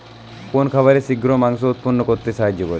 কোন খাবারে শিঘ্র মাংস উৎপন্ন করতে সাহায্য করে?